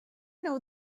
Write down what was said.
know